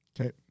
Okay